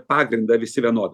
pagrindą visi vienodą